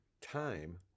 time